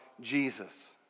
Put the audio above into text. Jesus